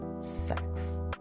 sex